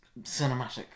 cinematic